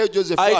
Joseph